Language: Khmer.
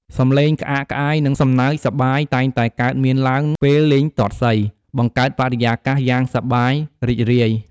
សំឡេងក្អាកក្អាយ និងសំណើចសប្បាយតែងតែកើតមានឡើងពេលលេងទាត់សី បង្កើតបរិយាកាសយ៉ាងសប្បាយរីករាយ។